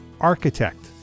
architect